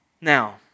Now